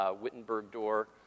Wittenberg-Door